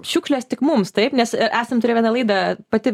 šiukšlės tik mums taip nes esam turėję vieną laidą pati